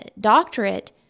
doctorate